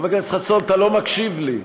חבר הכנסת חסון, אתה לא מקשיב לי.